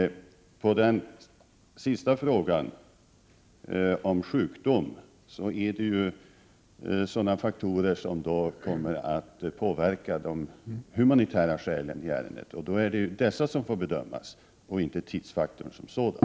På den sista frågan, den om sjukdom, vill jag svara att sådana faktorer kommer att påverka de humanitära skälen i ärendet. Det är då dessa som får bedömas och inte tidsfaktorn som sådan.